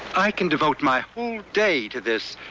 i can devote my whole day to this.